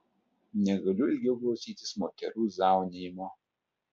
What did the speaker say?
negaliu ilgiau klausytis moterų zaunijimo